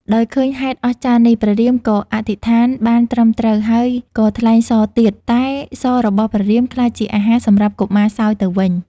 ដោយឃើញហេតុអស្ចារ្យនេះ ព្រះរាមក៏អធិដ្ឋានបានត្រឹមត្រូវហើយក៏ថ្លែងសរទៀត តែសររបស់ព្រះរាមក្លាយជាអាហារសម្រាប់កុមារសោយទៅវិញ។